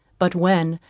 but when,